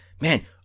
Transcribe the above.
man